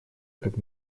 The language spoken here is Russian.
как